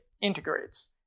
integrates